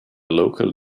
local